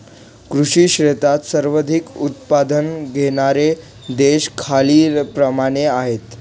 कृषी क्षेत्रात सर्वाधिक उत्पादन घेणारे देश खालीलप्रमाणे आहेत